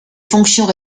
fonctions